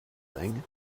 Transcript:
thing